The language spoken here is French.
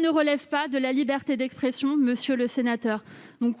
ne relève pas de la liberté d'expression, monsieur le sénateur.